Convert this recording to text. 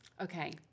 Okay